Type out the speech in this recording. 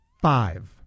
five